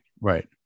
Right